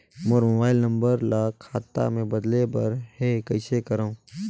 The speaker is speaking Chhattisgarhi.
मोर मोबाइल नंबर ल खाता मे बदले बर हे कइसे करव?